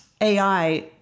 AI